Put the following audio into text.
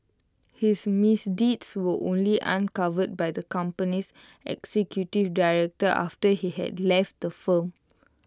his misdeeds were only uncovered by the company's executive director after he had left the firm